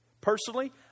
Personally